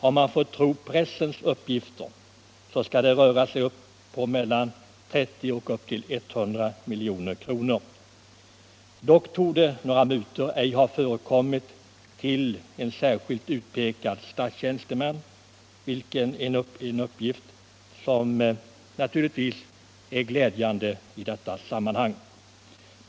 Om man får tro pressuppgifter har det rört sig om mellan 30 och 100 milj.kr. Dock torde några mutor ej ha förekommit till en särskilt utpekad svensk statstjänsteman, vilket naturligtvis är glädjande.